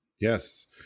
yes